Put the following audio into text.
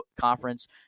Conference